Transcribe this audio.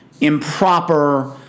improper